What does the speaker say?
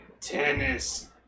tennis